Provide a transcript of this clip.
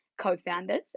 co-founders